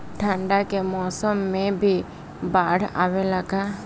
ठंडा के मौसम में भी बाढ़ आवेला का?